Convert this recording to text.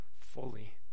fully